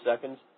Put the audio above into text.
seconds